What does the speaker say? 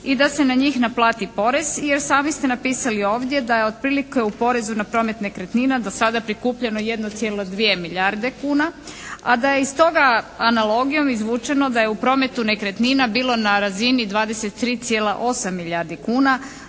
i da se na njih naplati porez jer sami ste napisali ovdje da je otprilike u porezu na promet nekretnina do sada prikupljeno 1,2 milijarde kuna a da je iz toga analogijom izvučeno da je u prometu nekretnina bilo na razini 23,8 milijardi kuna,